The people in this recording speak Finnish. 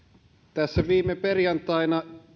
tässä viime perjantaina